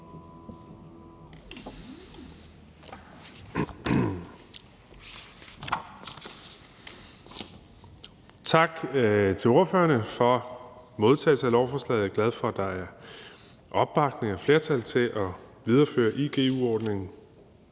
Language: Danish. Tak til ordførerne for modtagelsen af lovforslaget. Jeg er glad for, at der er opbakning til og et flertal for at videreføre igu-ordningen.